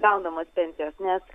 gaunamos pensijos nes